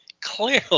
clearly